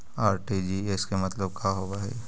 RTGS के मतलब का होव हई?